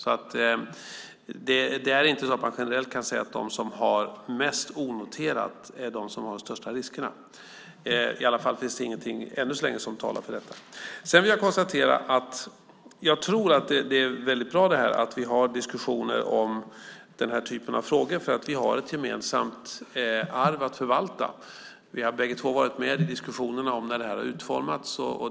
Man kan inte generellt säga att de som har mest onoterat är de som har de största riskerna. I alla fall finns det ännu så länge inget som talar för det. Det är bra att vi har diskussioner om den här typen av frågor. Vi har ett gemensamt arv att förvalta. Vi var bägge två med i diskussionerna när detta utformades.